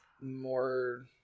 more